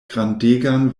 grandegan